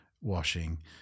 washing